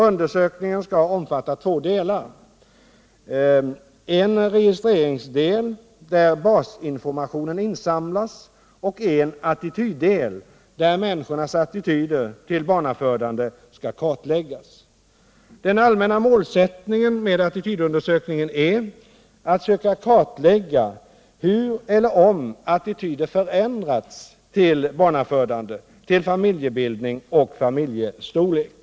Undersökningen skall omfatta två delar: en registreringsdel där basinformationen insamlas och en attityddel där människors attityder till barnafödande skall kartläggas. Den allmänna målsättningen med attitydundersökningen är att söka kartlägga hur eller om attityder förändrats till barnafödande, familjebildning och familjestorlek.